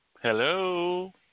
Hello